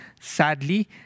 Sadly